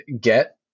get